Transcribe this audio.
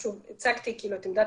הצגתי את עמדת